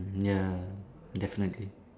ya definitely